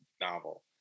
novel